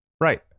Right